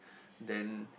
then